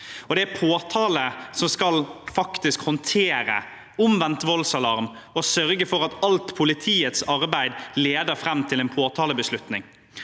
Det er påtale som skal håndtere omvendt voldsalarm og sørge for at alt av politiets arbeid leder fram til en påtalebeslutning.